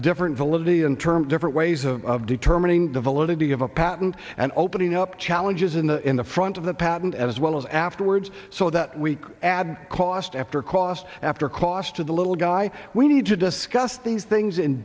different validity and term different ways of determining the validity of a patent and opening up challenges in the in the front of the patent as well as afterwards so that we could add cost after cost after cost to the little guy we need to discuss these things in